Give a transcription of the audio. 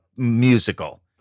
Musical